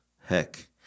Heck